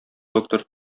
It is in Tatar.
доктор